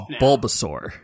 Bulbasaur